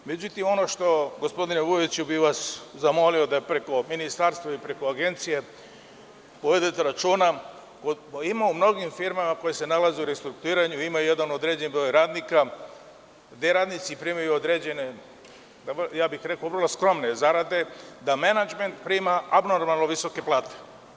Međutim, ono što bi vas gospodine Vujoviću zamolio da i preko Ministarstva, i da preko Agencije povedete računa, ima u mnogim firmama koje se nalaze u restrukturiranju, ima jedan određen broj radnika gde radnici primaju određene, rekao bih vrlo skromne zarade, a da menadžment prima abnormalno visoke plate.